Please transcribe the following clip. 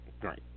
Great